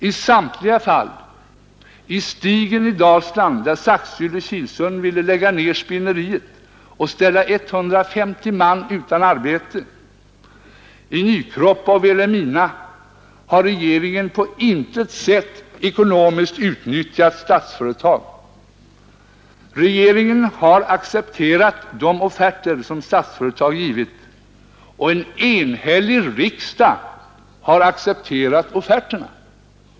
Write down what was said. I samtliga fall, i Stigen i Dalsland där Saxylle-Kilsund ville lägga ned spinneriet och ställa 150 man utan arbete, i Nykroppa och Vilhelmina har regeringen på intet sätt ekonomiskt utnyttjat Statsföretag. Regeringen har accepterat de offerter som Statsföretag givit. Och en enhällig riksdag har accepterat offerterna.